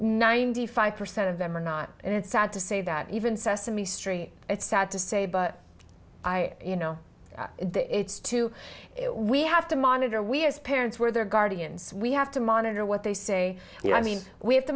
ninety five percent of them are not and it's sad to say that even sesame street it's sad to say but i you know it's to we have to monitor we as parents where their guardians we have to monitor what they say i mean we have to